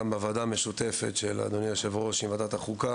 גם כאן וגם בוועדה המשותפת של אדוני יושב הראש עם ועדת החוקה,